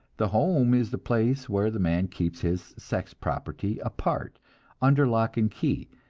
the home is the place where the man keeps his sex property apart under lock and key,